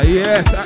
yes